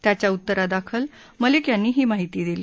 त्याच्या उत्तरादाखल मलिक यांनी ही माहिती दिली